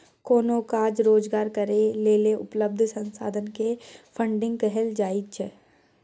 कोनो काज रोजगार करै लेल उपलब्ध संसाधन के फन्डिंग कहल जाइत छइ